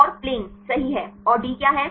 और प्लेन सही है और डी क्या है